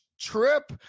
trip